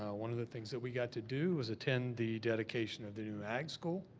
ah one of the things that we got to do was attend the dedication of the new ag school.